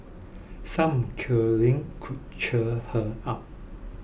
some curling could cheer her up